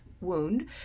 wound